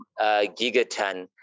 gigaton